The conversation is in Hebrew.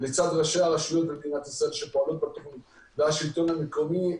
לצד ראשי הרשויות במדינת ישראל שפועלות בתוכנית והשלטון המקומי,